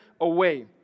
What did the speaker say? away